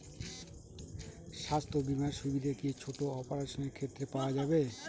স্বাস্থ্য বীমার সুবিধে কি ছোট অপারেশনের ক্ষেত্রে পাওয়া যাবে?